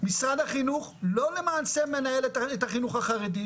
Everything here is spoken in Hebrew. משרד החינוך לא למען החינוך החרדי,